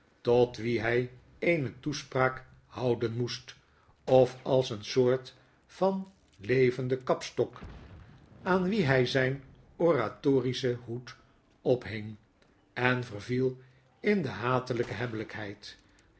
tot wien hy eene toespraak houden moest of als een soort van levenden kapstok aan wien hy zyn oratorischen hoed ophing en verviel in de hatelijke